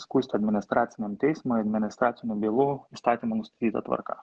skųsti administraciniam teismui administracinių bylų įstatymų nustatyta tvarka